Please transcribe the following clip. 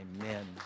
Amen